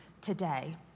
today